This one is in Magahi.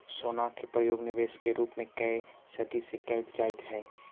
सोना के प्रयोग निवेश के रूप में कए सदी से कईल जाइत हई